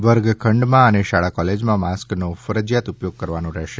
વર્ગખંડમાં અને શાળા કોલેજામાં માસ્કનો ફરજીયાત ઉપયોગ કરવાનો રહેશે